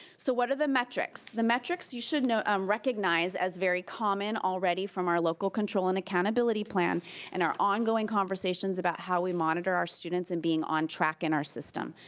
so what are the metrics? the metrics, you should um recognize as very common already from our local control and accountability plan and our ongoing conversations about how we monitor our students in being on track in our system.